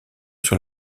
sur